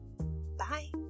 Bye